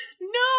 No